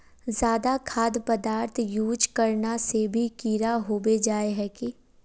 ज्यादा खाद पदार्थ यूज करना से भी कीड़ा होबे जाए है की?